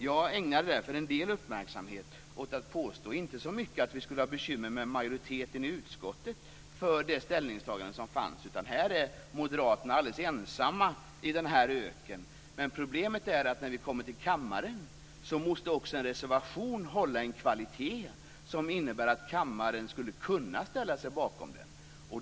Jag påstod inte att vi skulle ha så mycket bekymmer med majoriteten i utskottet för det ställningstagande som fanns, utan att Moderaterna var alldeles ensamma i den här öknen. Problemet är att när vi kommer till kammaren måste också en reservation hålla en sådan kvalitet att kammaren skulle kunna ställa sig bakom den.